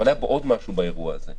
אבל היה פה עוד משהו באירוע הזה.